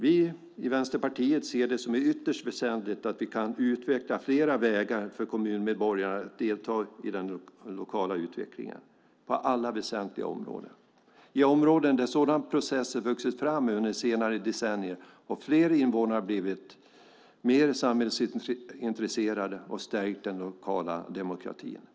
Vi i Vänsterpartiet ser det som ytterst väsentligt att vi kan utveckla fler vägar för kommunmedborgare att delta i den lokala utvecklingen på alla väsentliga områden. Vi har områden där sådana processer har vuxit fram under senare decennier och där fler invånare har blivit mer samhällsintresserade och stärkt den lokala demokratin.